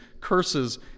curses